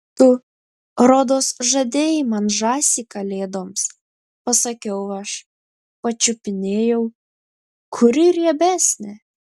tu rodos žadėjai man žąsį kalėdoms pasakiau aš pačiupinėjau kuri riebesnė